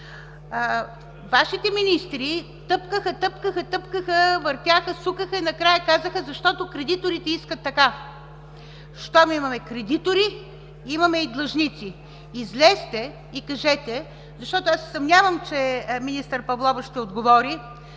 Вашите министри тъпкаха, тъпкаха, тъпкаха, въртяха, сукаха и накрая казаха: „Защото кредиторите искат така“. Щом имаме кредитори – имаме и длъжници. Излезте и кажете, защото аз се съмнявам, че министър Павлова ще отговори